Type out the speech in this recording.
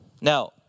Now